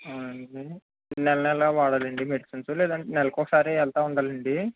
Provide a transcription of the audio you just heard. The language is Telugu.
అవునండి నెల నెలా వాడాలండి మెడిసిన్స్ లేదంటే నెలకొకసారి వెళ్తూ ఉండాలండి